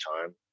time